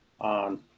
on